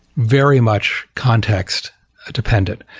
very much context dependent.